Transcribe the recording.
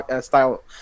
style